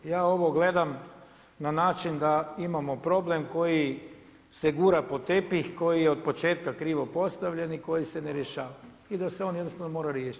Ja ovo gledam na način da imamo problem koji se gura pod tepih, koji je od početka krivo postavljen i koji se ne rješava i da se on jednostavno mora riješiti.